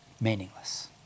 meaningless